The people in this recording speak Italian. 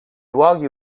luoghi